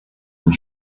and